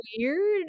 weird